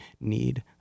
need